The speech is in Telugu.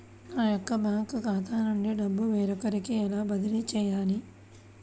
నా యొక్క బ్యాంకు ఖాతా నుండి డబ్బు వేరొకరికి ఎలా బదిలీ చేయాలి?